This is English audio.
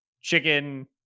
chicken